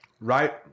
right